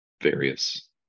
various